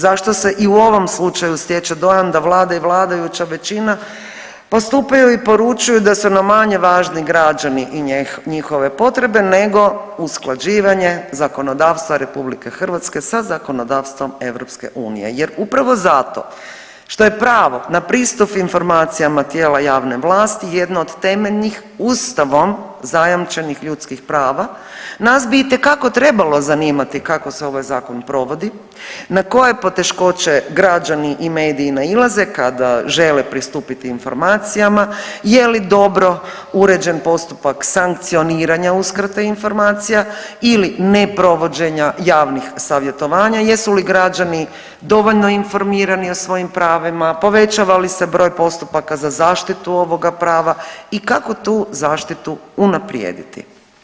Zašto se i u ovom slučaju stječe dojam da vlada i vladajuća većina postupaju i poručuju da su nam manje važni građani i njihove potrebe nego usklađivanje zakonodavstva RH sa zakonodavstvom EU jer upravo zato što je pravo na pristup informacijama tijela javne vlasti jedna od temeljnih ustavom zajamčenih ljudskih prava, nas bi itekako trebalo zanimati kako se ovaj zakon provodi, na koje p poteškoće i građani i mediji nailaze kada žele pristupiti informacijama, je li dobro uređen postupak sankcioniranja uskrata informacija ili ne provođenja javnih savjetovanja, jesu li građani dovoljno informirani o svojim pravima, povećava li se broj postupaka za zaštitu ovoga prava i kako tu zaštitu unaprijediti.